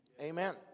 Amen